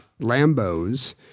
Lambos